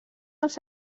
els